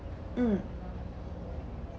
mm